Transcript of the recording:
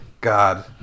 God